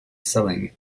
selling